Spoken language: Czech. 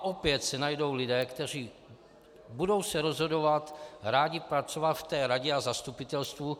Opět se najdou lidé, kteří se budou rozhodovat, rádi pracovat v radě a zastupitelstvu.